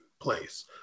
place